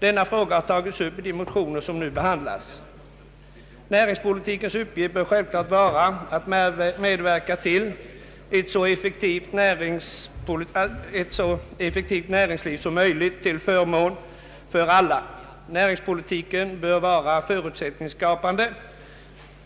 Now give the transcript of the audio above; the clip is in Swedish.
Denna fråga har tagits upp i de motioner som nu behandlas. Näringspolitikens uppgift bör självfallet vara att medverka till ett så effektivt näringsliv som möjligt — till förmån för alla. Näringspolitiken bör vara förutsättningsskapande.